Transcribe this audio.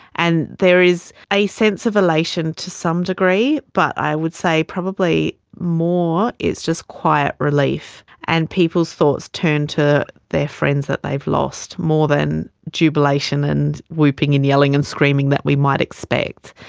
and there is a sense of elation to some degree, but i would say probably more it's just quiet relief, and people's thoughts turn to their friends that they have lost, more than jubilation and whooping and yelling and screaming that we might expect.